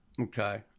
Okay